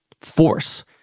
Force